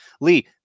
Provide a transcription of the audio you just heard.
Lee